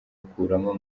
akuramo